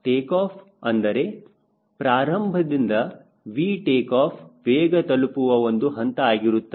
takeoff ಅಂದರೆ ಪ್ರಾರಂಭದಿಂದ V takeoff ವೇಗ ತಲುಪುವ ಒಂದು ಹಂತ ಆಗಿರುತ್ತದೆ